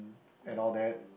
and all that